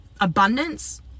abundance